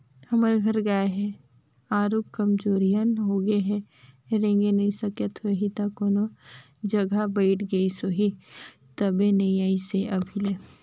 हमर घर गाय ह आरुग कमजोरहिन होगें हे रेंगे नइ सकिस होहि त कोनो जघा बइठ गईस होही तबे नइ अइसे हे अभी ले